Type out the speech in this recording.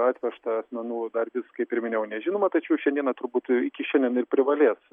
atvežta asmenų dar vis kaip ir minėjau nežinoma tačiau šiandieną turbūt iki šiandien ir privalės